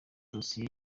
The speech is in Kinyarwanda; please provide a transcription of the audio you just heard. dosiye